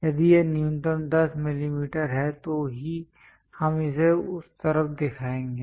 यदि यह न्यूनतम 10 mm है तो ही हम इसे उस तरफ दिखाएंगे